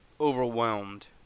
overwhelmed